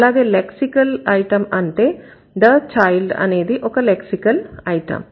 అలాగే lexical item అంటే the Child అనేది ఒక లెక్సికల్ ఐటమ్